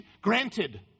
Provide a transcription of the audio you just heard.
Granted